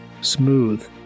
smooth